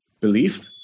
Belief